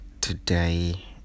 today